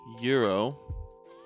Euro